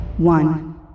One